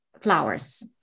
flowers